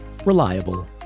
Reliable